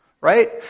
Right